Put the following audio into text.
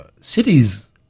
cities